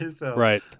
Right